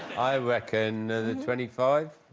i reckon the twenty five